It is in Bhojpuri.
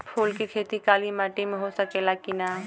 फूल के खेती काली माटी में हो सकेला की ना?